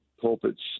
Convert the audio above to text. pulpits